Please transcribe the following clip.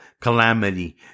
calamity